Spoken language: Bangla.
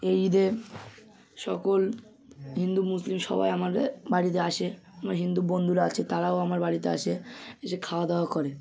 এই ঈদে সকল হিন্দু মুসলিম সবাই আমাদের বাড়িতে আসে আমার হিন্দু বন্ধুরা আছে তারাও আমার বাড়িতে আসে এসে খাওয়া দাওয়া করে